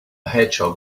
hedgehog